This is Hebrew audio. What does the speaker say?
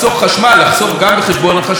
לטובתם ולטובת המדינה,